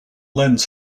lens